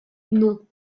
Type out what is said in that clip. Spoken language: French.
non